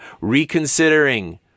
Reconsidering